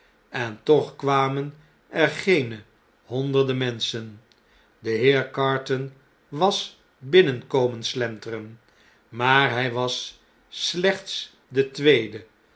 en toch kwamen er geene honderden menschen de heer carton was binnen komen slenteren maar hij was slechts de tweede